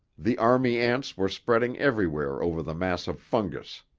the army ants were spreading everywhere over the mass of fungus.